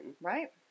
Right